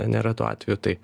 nėra tuo atveju tai